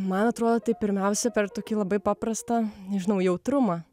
man atrodo tai pirmiausia per tokį labai paprastą nežinau jautrumą